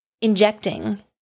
injecting